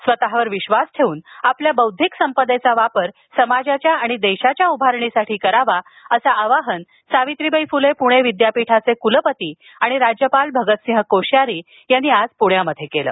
स्वतःवर विश्वास ठेवून आपल्या बौद्धिक संपदेचा वापर समाजाच्या आणि देशाच्या उभारणीसाठी करावा असं आवाहन सावित्रीबाई फुले पुणे विद्यापीठाचे कुलपती आणि राज्यपाल भगत सिंह कोश्यारी यांनी आज केलं